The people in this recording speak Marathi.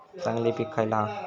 चांगली पीक खयला हा?